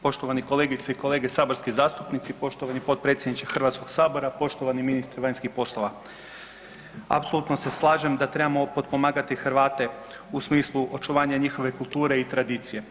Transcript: Poštovane kolegice i kolege saborski zastupnici, poštovani potpredsjedniče Hrvatskog sabora, poštovani ministre vanjskih poslova, apsolutno se slažem da trebamo potpomagati Hrvate u smislu očuvanja njihove kulture i tradicije.